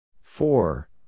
Four